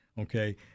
okay